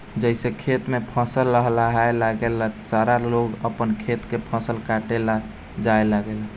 जइसे खेत में फसल लहलहाए लागल की सारा लोग आपन खेत में फसल काटे ला जाए लागल